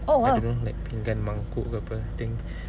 oh !wow!